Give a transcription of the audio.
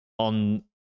On